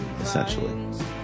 essentially